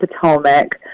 potomac